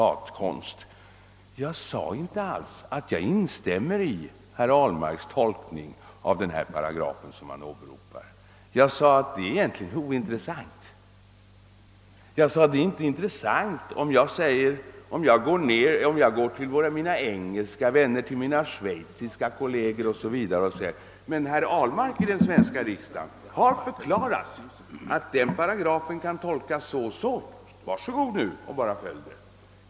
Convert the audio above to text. Jag sade inte alls att jag instämde i herr Ahlmarks tolkning av den åberopade paragrafen, och här fick vi ännu ett exempel på herr Ahlmarks citatkonst. Jag sade att det saknar intresse om jag går till exempelvis mina engelska och schweiziska kolleger och säger: Herr Ahlmark i den svenska riksdagen har förklarat att den paragrafen kan tolkas så och så, var så goda och rätta er efter detta!